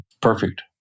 Perfect